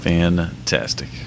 Fantastic